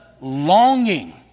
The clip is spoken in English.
longing